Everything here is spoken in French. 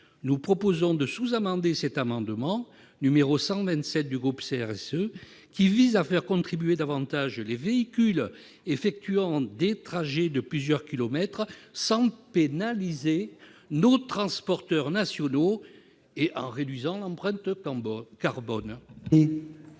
nous proposons de sous-amender l'amendement n° 127 du groupe CRCE, qui vise à faire contribuer davantage les véhicules effectuant des trajets de plusieurs kilomètres, sans pénaliser nos transporteurs nationaux et en réduisant l'empreinte carbone.